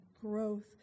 growth